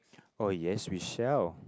oh yes we shall